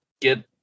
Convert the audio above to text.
get